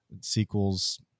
sequels